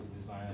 design